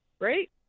right